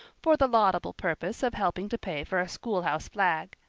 for the laudable purpose of helping to pay for a schoolhouse flag.